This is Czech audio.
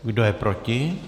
Kdo je proti?